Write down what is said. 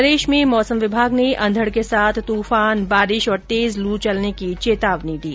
प्रदेश में मौसम विभाग ने अंधड के साथ तूफान बारिश और तेज लू चलने की चेतावनी दी